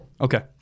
Okay